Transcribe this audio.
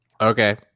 okay